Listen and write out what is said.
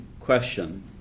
question